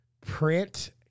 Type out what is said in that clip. Print